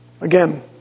again